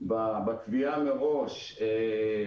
בקביעה מראש בתוך החקיקה,